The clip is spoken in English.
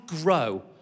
grow